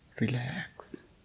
relax